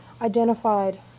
identified